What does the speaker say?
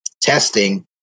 testing